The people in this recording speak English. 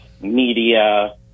media